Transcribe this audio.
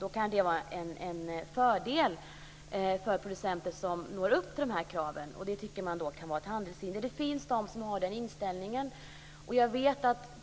Det kan ju vara en fördel för de producenter som når upp till de här kraven oh det tycker man kan vara ett handelshinder - det finns de som har den inställningen.